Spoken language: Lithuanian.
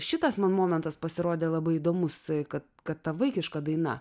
šitas momentas pasirodė labai įdomus kad kad ta vaikiška daina